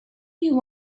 you